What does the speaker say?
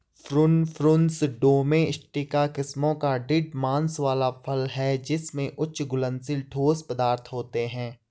prune, Prunus domestica किस्मों का दृढ़ मांस वाला फल है जिसमें उच्च घुलनशील ठोस पदार्थ होते हैं